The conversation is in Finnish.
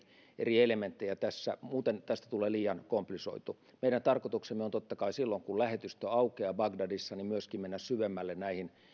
eri elementtejä tässä muuten tästä tulee liian komplisoitu meidän tarkoituksemme on totta kai silloin kun lähetystö aukeaa bagdadissa myöskin mennä syvemmälle näihin